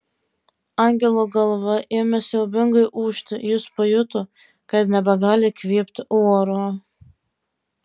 angelo galva ėmė siaubingai ūžti jis pajuto kad nebegali įkvėpti oro